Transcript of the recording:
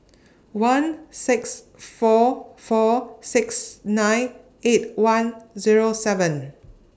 one six four four six nine eight one Zero seven